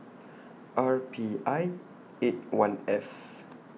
R P I eight one F